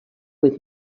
with